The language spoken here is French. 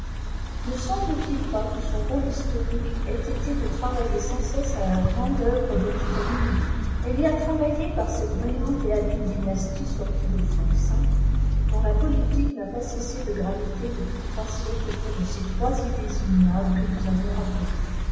ne semble-t-il pas que son rôle historique ait été de travailler sans cesse à la grande œuvre de l'italie nouvelle elle y a travaillé par cette vaillante et habile dvnastie sortie d son sein dont la politique n'a pas cessé de graviter depuis trois siècles autour de ces trois idées immuables que nous avons rappelées